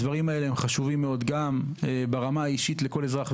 הדברים האלה הם חשובים מאוד גם ברמה האישית לכל אזרח,